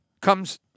comes